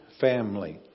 family